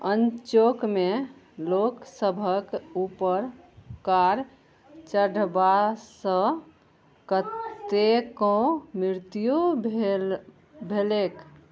अनचोकमे लोकसभक उपर कार चढ़बासँ कतेको मृत्यु भेल भेलैक